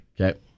Okay